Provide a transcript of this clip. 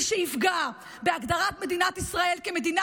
מי שיפגע בהגדרת מדינת ישראל כמדינה